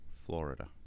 Florida